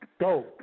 Go